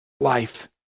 life